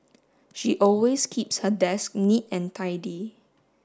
she always keeps her desk neat and tidy